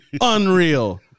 unreal